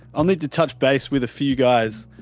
i'll need to touch base with a few guys.